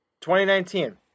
2019